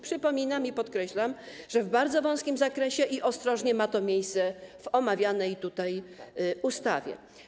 Przypominam i podkreślam, że w bardzo wąskim zakresie i ostrożnie ma to miejsce w omawianej tutaj ustawie.